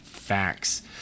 Facts